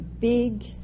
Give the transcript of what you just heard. big